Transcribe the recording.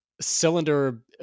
cylinder